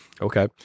okay